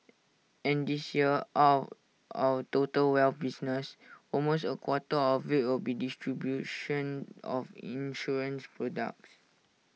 and this year out our total wealth business almost A quarter of will be distribution of insurance products